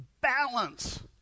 Balance